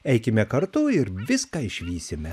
eikime kartu ir viską išvysime